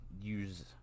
use